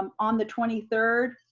um on the twenty third,